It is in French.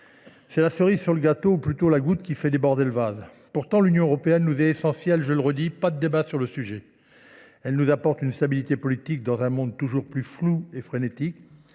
C'est la cerise sur le gâteau ou plutôt la goutte qui fait des bordels vases. Pourtant, l'Union européenne nous est essentielle, je le redis, pas de débats sur le sujet. Elle nous apporte une stabilité politique dans un monde toujours plus flou et frénétique.